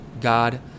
God